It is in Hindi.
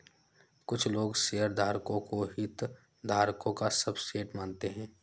कुछ लोग शेयरधारकों को हितधारकों का सबसेट मानते हैं